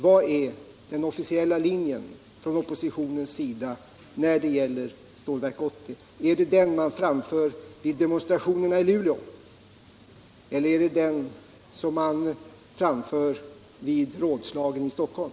Vad är den officiella linjen inom oppositionen när det gäller Stålverk 80? Är det den som man framför i demonstrationerna i Luleå eller den som man ger uttryck för vid rådslagen i Stockholm?